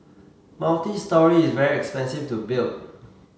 multistory is very expensive to build